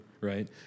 right